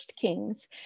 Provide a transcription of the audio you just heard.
Kings